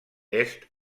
est